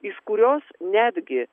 iš kurios netgi